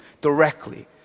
directly